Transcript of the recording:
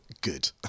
good